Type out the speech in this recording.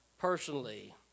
personally